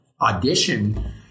audition